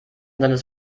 seines